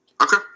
Okay